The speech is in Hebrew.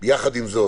יחד עם זאת,